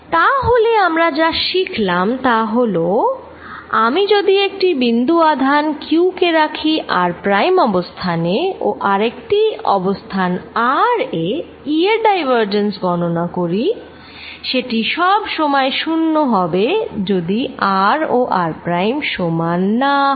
তাহলে আমরা যা শিখলাম তা হল আমি যদি একটি বিন্দু আধান q কে রাখি r প্রাইম অবস্থানে ও আরেকটি অবস্থান r এ E এর ডাইভারজেন্স গননা করি সেটি সব সময় শুন্য হবে যদি r ও r প্রাইম সমান না হয়